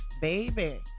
Baby